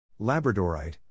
Labradorite